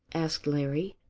asked larry.